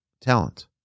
talent